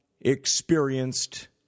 experienced